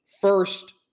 first